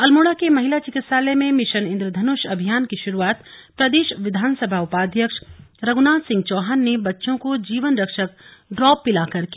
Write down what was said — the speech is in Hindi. अल्मोड़ा के महिला चिकित्सालय में मिशन इन्द्रधनुष अभियान की शुरुआत प्रदेश विधानसभा उपाध्यक्ष रघुनाथ सिंह चौहान ने बच्चों को जीवन रक्षक ड्राप पिलाकर की